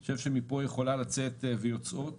אני חושב שמפה יכולה לצאת ויוצאות